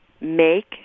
make